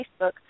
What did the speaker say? Facebook